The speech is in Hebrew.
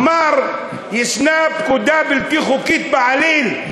אמר: ישנה פקודה בלתי חוקית בעליל,